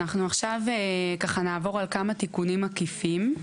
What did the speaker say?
אנחנו עכשיו נעבור על כמה תיקונים מקיפים,